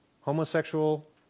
homosexual